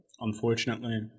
Unfortunately